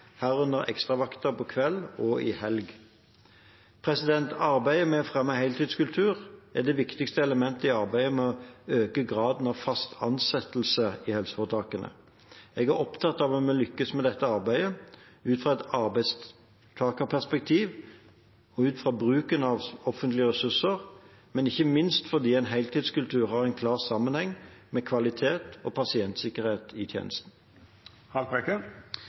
herunder ekstravakter på kveld og i helg. Arbeidet med å fremme en heltidskultur er det viktigste elementet i arbeidet med å øke graden av fast ansettelse i helseforetakene. Jeg er opptatt av at vi må lykkes med dette arbeidet – ut fra et arbeidstakerperspektiv, ut fra bruken av offentlige ressurser og ikke minst fordi en heltidskultur har en klar sammenheng med kvalitet og pasientsikkerhet i